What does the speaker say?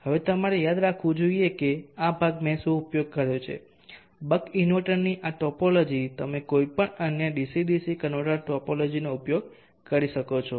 હવે તમારે યાદ રાખવું જોઈએ કે આ ભાગ મેં શું ઉપયોગ કર્યો છે બક કન્વર્ટરની આ ટોપોલોજી તમે કોઈપણ અન્ય ડીસી ડીસી કન્વર્ટર ટોપોલોજીનો ઉપયોગ કરી શકો છો